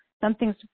Something's